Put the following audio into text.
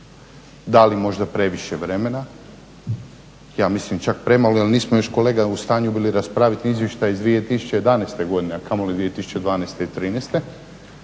dali možda previše vremena, ja mislim čak premalo jer nismo još kolega u stanju bili raspraviti izvještaj iz 2011. godine, a kamoli 2012. i '13.